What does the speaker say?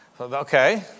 Okay